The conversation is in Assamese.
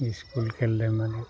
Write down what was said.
স্কুল খেল ধেমালি